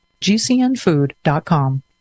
GCNfood.com